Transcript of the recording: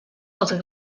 els